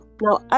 now